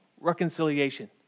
reconciliation